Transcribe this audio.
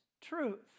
truth